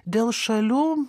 dėl šalių